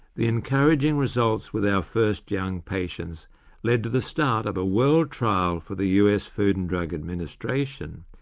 the encouraging results with our first young patients led to the start of a world trial for the us food and drug administration,